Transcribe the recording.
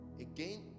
again